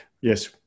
Yes